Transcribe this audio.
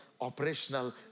operational